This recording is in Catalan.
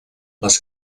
les